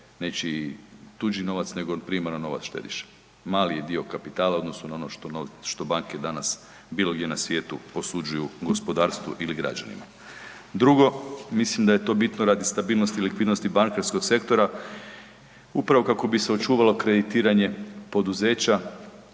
nečiji tuđi novac nego primaran novac štediša, mali je dio kapitala u odnosu na ono što, što banke danas bilo gdje na svijetu posuđuju gospodarstvu ili građanima. Drugo, mislim da je to bitno radi stabilnosti i likvidnosti bankarskog sektora upravo kako bi se očuvalo kreditiranje poduzeća